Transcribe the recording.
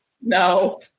no